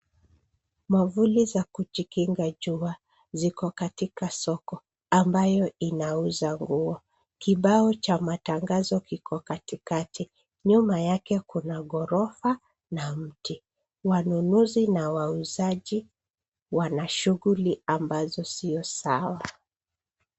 Mwavuli za kujikinga jua, ziko katika soko ambayo inauza nguo. Kibao cha matangazo kiko katikati. Nyuma yake kuna ghorofa na mti. Wanunuzi na wauzaji wana shuguli ambazo sio sawa.